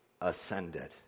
ascended